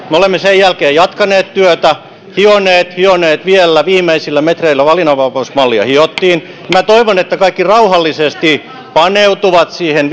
me olemme sen jälkeen jatkaneet työtä hioneet hioneet vielä viimeisillä metreillä valinnanvapausmallia hiottiin minä toivon että kaikki rauhallisesti paneutuvat siihen